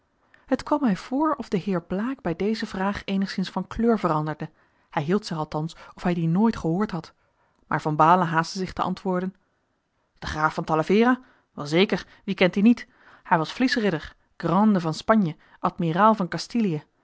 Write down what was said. het kwam mij voor of de heer blaek bij deze vraag eenigszins van kleur veranderde hij hield zich althans of hij dien nooit geboord had maar van baalen haastte zich te antwoorden den graaf van talavera wel zeker wie kent dien niet hij was vlies ridder grande van spanje admiraal van